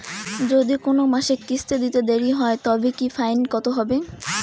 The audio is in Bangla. যদি কোন মাসে কিস্তি দিতে দেরি হয় তবে কি ফাইন কতহবে?